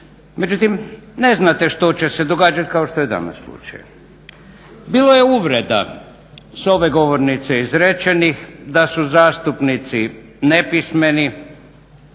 međutim ne znate što će se događati kao što je danas slučaj. Bilo je uvreda. S ove govornice izrečenih da su zastupnici nepismeni,